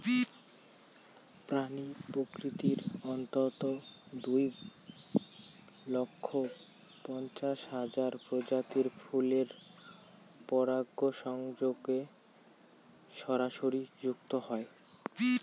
প্রাণী প্রকৃতির অন্ততঃ দুই লক্ষ পঞ্চাশ হাজার প্রজাতির ফুলের পরাগসংযোগে সরাসরি যুক্ত রয়